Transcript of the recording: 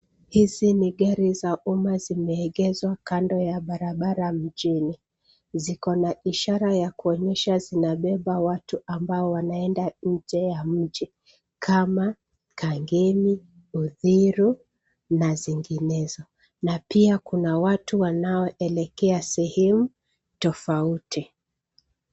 Hizi ni gari za umma zimeegeshwa kando ya barabara mjini. Ziko na ishara za kuonyesha zinabeba watu ambao wanaenda nje ya mji kama Kangemi, Uthiru na zinginezo, na pia kuna watu wanaoelekea sehemu tofauti.